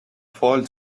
foiled